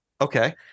Okay